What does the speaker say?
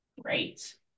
Great